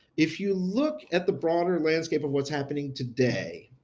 if you look at the broader landscape of what's happening today,